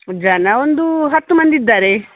ಜನ ಒಂದೂ ಹತ್ತು ಮಂದಿ ಇದ್ದಾರೆ